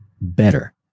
better